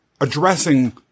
addressing